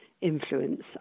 influence